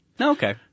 okay